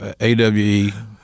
AWE